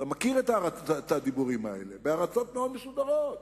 אתה מכיר את הדיבורים האלה, בארצות מאוד מסודרות.